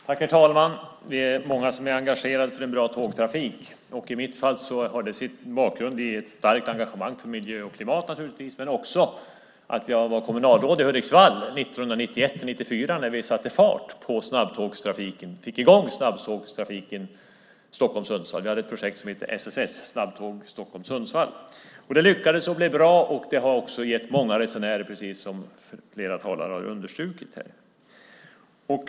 Herr talman! Många är engagerade och vill ha en bra tågtrafik. I mitt fall är bakgrunden naturligtvis ett starkt engagemang för miljö och klimat. Dessutom var jag kommunalråd i Hudiksvall åren 1991-1994 i Hudiksvall, då vi fick i gång snabbtågstrafiken mellan Stockholm och Sundsvall. Vi hade projektet SSS, Snabbtåg Stockholm-Sundsvall. Det där lyckades och blev bra. Det har också gett många resenärer, precis som flera talare här har understrukit.